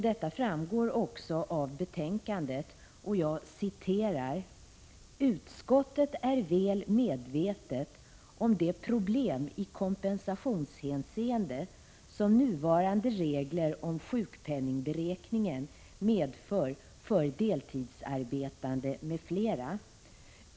Detta framgår också av betänkandet: ”Utskottet är väl medvetet om de problem i kompensationshänseende som nuvarande regler om sjukpenningberäkningen medför för deltidsarbetande m.fl.